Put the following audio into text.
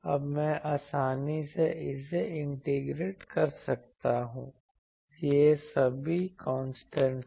अब मैं आसानी से इसे इंटीग्रेट कर सकता हूं ये सभी कांस्टेंट हैं